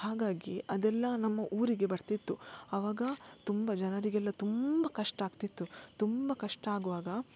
ಹಾಗಾಗಿ ಅದೆಲ್ಲ ನಮ್ಮ ಊರಿಗೆ ಬರ್ತಿತ್ತು ಆವಾಗ ತುಂಬ ಜನರಿಗೆಲ್ಲ ತುಂಬ ಕಷ್ಟ ಆಗ್ತಿತ್ತು ತುಂಬ ಕಷ್ಟ ಆಗುವಾಗ